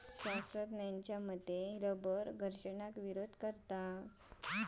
शास्त्रज्ञांच्या मते रबर घर्षणाक विरोध करता